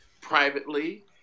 privately